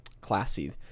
classy